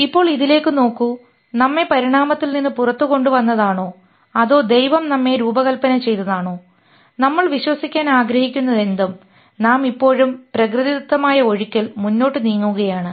ഇപ്പോൾ ഇതിലേക്ക് നോക്കൂ നമ്മെ പരിണാമത്തിൽ നിന്ന് പുറത്തുകൊണ്ടുവന്നതാണോ അതോ ദൈവം നമ്മെ രൂപകൽപ്പന ചെയ്തതാണോ നമ്മൾ വിശ്വസിക്കാൻ ആഗ്രഹിക്കുന്നതെന്തും നാം ഇപ്പോഴും പ്രകൃതിദത്തമായ ഒഴുക്കിൽ മുന്നോട്ടു നീങ്ങുകയാണ്